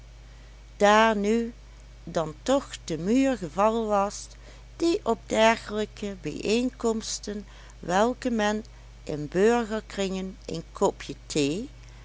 daar nu dan toch de muur gevallen was die op dergelijke bijeenkomsten welke men in burgerkringen een kopje thee